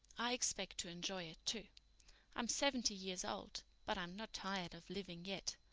i expect to enjoy it, too i'm seventy years old, but i'm not tired of living yet.